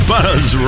Buzz